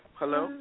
hello